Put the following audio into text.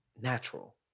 natural